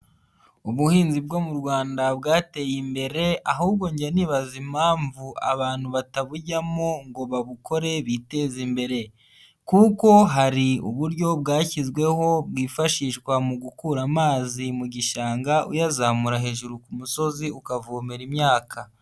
Ubuhinzi bwo mu Rwanda bwateye imbere ahubwo njya nibaza impamvu abantu batabujyamo ngo babukore biteze imbere kuko hari uburyo bwashyizweho bwifashishwa mu gukura amazi mu gishanga, uyazamura hejuru ku musozi, ukavomera imyaka.